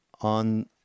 on